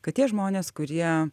kad tie žmonės kurie